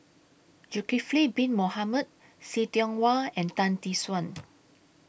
Zulkifli Bin Mohamed See Tiong Wah and Tan Tee Suan